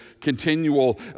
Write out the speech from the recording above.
continual